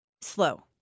slow